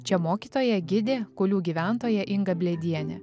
čia mokytoja gidė kulių gyventoja inga blėdienė